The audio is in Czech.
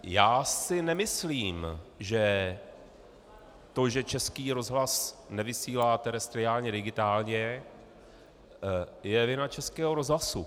Já si nemyslím, že to, že Český rozhlas nevysílá terestriálně digitálně, je vina Českého rozhlasu.